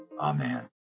amen